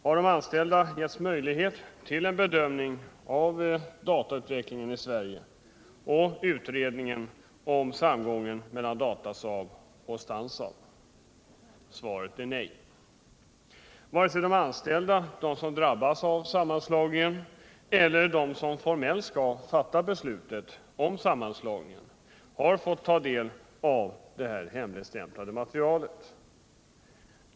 Har de anställda haft någon möjlighet att bedöma datautvecklingen i Sverige och utredningen om samgåendet mellan Datasaab och Stansaab? Svaret är nej. Varken de anställda, som drabbas av sammanslagningen, eller de som formellt skall fatta beslut om denna har fått ta del av hemligstämplade materialet.